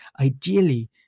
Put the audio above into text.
ideally